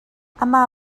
amah